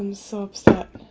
so upset